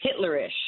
Hitlerish